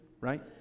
right